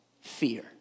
fear